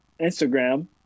Instagram